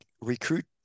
recruit